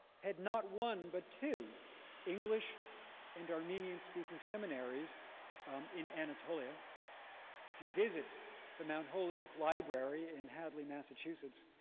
had not one, but two english and armenian speaking seminaries in anatolia. if you visit the mount holyoke library in hadley, massachusetts,